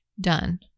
Done